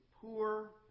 poor